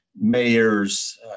mayors